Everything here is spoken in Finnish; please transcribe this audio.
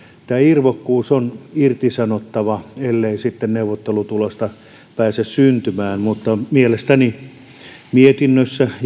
tämä irvokkuus on irtisanottava ellei sitten neuvottelutulosta pääse syntymään mutta mielestäni mietintö